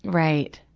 right.